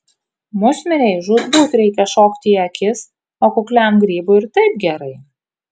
musmirei žūtbūt reikia šokti į akis o kukliam grybui ir taip gerai